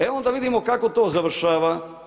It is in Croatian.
E onda vidimo kako to završava.